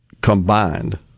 combined